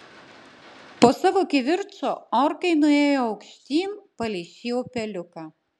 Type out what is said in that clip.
po savo kivirčo orkai nuėjo aukštyn palei šį upeliuką